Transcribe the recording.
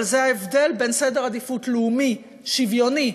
אבל זה ההבדל בין סדר עדיפות לאומי שוויוני,